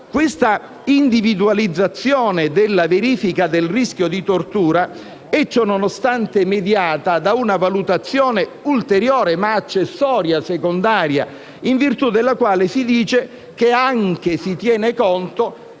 Questa individualizzazione della verifica del rischio di tortura è, ciò nonostante, mediata da una valutazione ulteriore, ma accessoria, secondaria, in virtù della quale si dice che si tiene conto